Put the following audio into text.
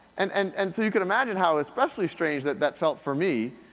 and and and so you can imagine how especially strange that that felt for me,